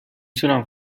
تونم